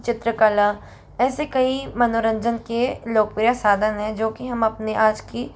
चित्रकला ऐसे कई मनोरंजन के लोकप्रिय साधन हैं जो कि हम अपने आज की